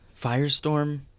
firestorm